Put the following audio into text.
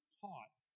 taught